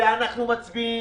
ואנחנו מצביעים,